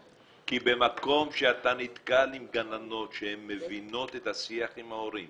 כי במקום שאתה נתקל עם גננות שהן מבינות את השיח עם ההורים